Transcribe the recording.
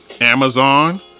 Amazon